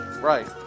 Right